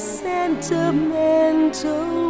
sentimental